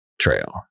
trail